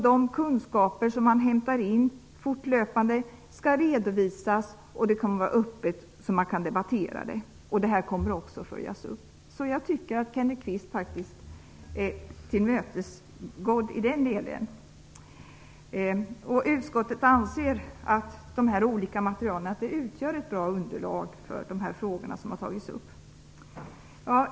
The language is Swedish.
De kunskaper som man fortlöpande hämtar in skall redovisas. Det kommer att ske öppet så att man kan debattera det. Det här kommer också att följas upp. Jag tycker att Kenneth Kvists önskemål har blivit tillgodosedda i det avseendet. Utskottet anser att dessa olika material utgör ett bra underlag när det gäller de frågor som har tagits upp.